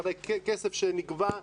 הרי כסף שנגבה,